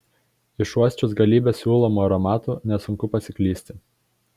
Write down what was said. išuosčius galybę siūlomų aromatų nesunku pasiklysti